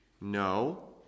No